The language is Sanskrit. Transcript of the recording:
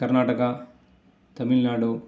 कर्णाटका